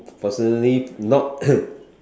personally not